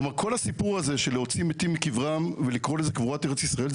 כמו כל הסיפור הזה של להוציא מתים מקברם ולקרוא לזה קבורת ארץ ישראל,